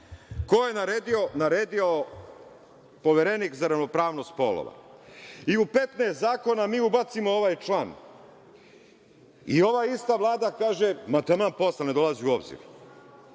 Naredio Poverenik za ravnopravnost polova. I u 15 zakona mi ubacimo ovaj član. Ova ista Vlada kaže - ma taman posla, ne dolazi u obzir. Na